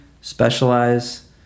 specialize